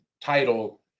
title